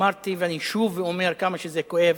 אמרתי, ואני שוב אומר, כמה שזה כואב.